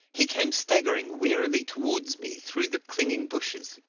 he came staggering wearily towards me through the clinging bushes.